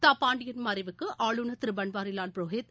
தா பாண்டியன் மறைவுக்கு ஆளுநர் திரு பன்வாரிலால் புரோகித்